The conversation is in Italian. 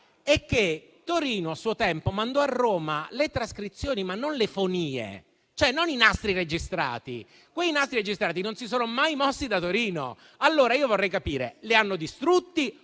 perché Torino, a suo tempo, mandò a Roma le trascrizioni, ma non le fonie, cioè non i nastri registrati: quei nastri registrati non si sono mai mossi da Torino. Quello che vorrei capire, allora, è se li hanno distrutti o